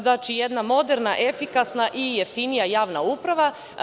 Znači, jedna moderna, efikasna i jeftinija javna uprava.